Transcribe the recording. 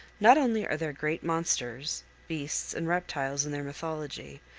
not only are there great monsters, beasts, and reptiles in their mythology,